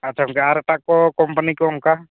ᱟᱪᱪᱷᱟ ᱜᱚᱢᱠᱮ ᱟᱨ ᱮᱴᱟᱜ ᱠᱚ ᱠᱳᱢᱯᱟᱱᱤ ᱠᱚ ᱚᱱᱠᱟ